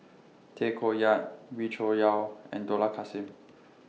Tay Koh Yat Wee Cho Yaw and Dollah Kassim